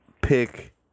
pick